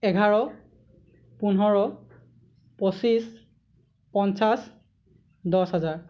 এঘাৰ পোন্ধৰ পচিছ পঞ্চাছ দহ হাজাৰ